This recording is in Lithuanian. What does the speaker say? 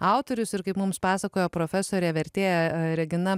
autorius ir kaip mums pasakojo profesorė vertėja regina